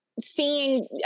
seeing